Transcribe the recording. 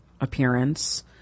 appearance